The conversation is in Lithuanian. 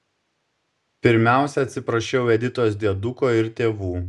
pirmiausia atsiprašiau editos dieduko ir tėvų